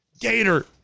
Gator